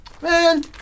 Man